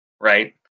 right